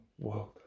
world